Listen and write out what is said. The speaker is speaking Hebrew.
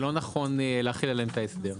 שלא נכון להחיל עליהם את ההסדר?